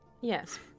Yes